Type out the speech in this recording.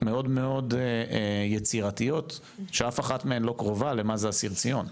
מאוד יצירתיות שאף אחת מהן לא קרובה למה זה אסיר ציון.